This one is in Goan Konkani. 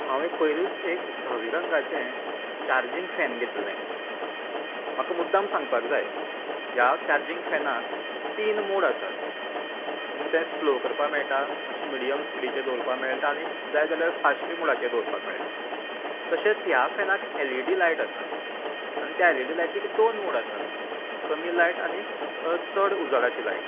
हांवे एक पयरच एक धवे रंगाचें चार्जिंग फेन घेतलें म्हाका मुद्दम सांगपाक जाय ह्या चार्जिंग फेनाक तीन मोड आसात तुमकां तें स्लो करपा मेळटा मात्शी मिडीयम स्पिडीचेर दवरपाक मेळटा आनीक जाय जाल्यार फास्टूय मोडाचेर दवरपाक मेळटा तशेंच ह्या फेनाक एलइडी लायट आसा आनी त्या एलइडी लायटीक दोन मोड आसात कमी लायट आनीक चड उजवाडाची लायट